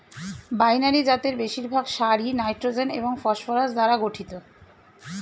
binary জাতের বেশিরভাগ সারই নাইট্রোজেন এবং ফসফরাস দ্বারা গঠিত